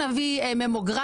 גם אם הוא היה מביא